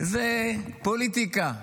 זה פוליטיקה,